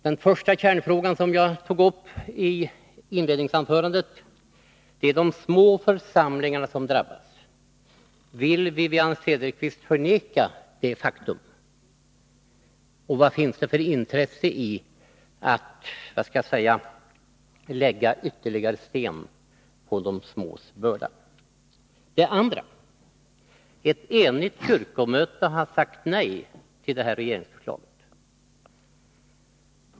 Den första kärnfrågan, som jag tog upp i inledningsanförandet, är de små församlingarna som drabbas. Vill Wivi-Anne Cederqvist förneka detta faktum? Vad finns det för intresse i att lägga ytterligare sten på de smås börda? Den andra kärnfrågan är att ett enigt kyrkomöte har sagt nej till detta regeringens förslag.